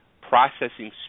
processing